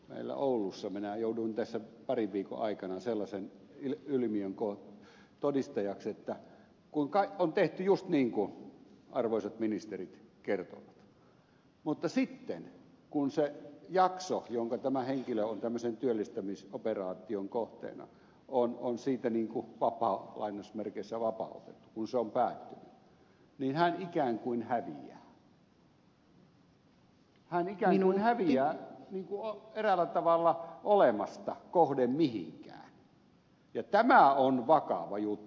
meillä oulussa minä jouduin tässä parin viikon aikana sellaisen ilmiön todistajaksi että on tehty just niin kuin arvoisat ministerit kertoivat mutta sitten kun se jakso jonka tämä henkilö on tämmöisen työllistämisoperaation kohteena on päättynyt ja hänet on siitä lainausmerkeissä vapautettu niin hän ikään kuin häviää niin kuin eräällä tavalla häviää olemasta kohde mihinkään ja tämä on vakava juttu